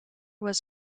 was